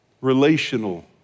relational